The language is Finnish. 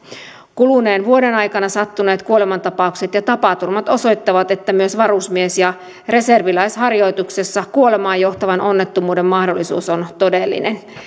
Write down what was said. kuluneen vuoden aikana sattuneet kuolemantapaukset ja tapaturmat osoittavat että myös varusmies ja reserviläisharjoituksessa kuolemaan johtavan onnettomuuden mahdollisuus on todellinen